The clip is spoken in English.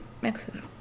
Mexico